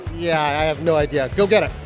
yeah. i have no idea. go get it.